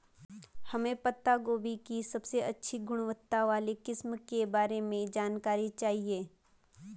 हमें पत्ता गोभी की सबसे अच्छी गुणवत्ता वाली किस्म के बारे में जानकारी चाहिए?